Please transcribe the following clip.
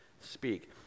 speak